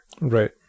right